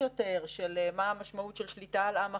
יותר של מה המשמעות של שליטה על עם אחר?